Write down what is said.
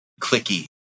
clicky